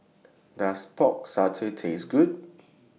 Does Pork Satay Taste Good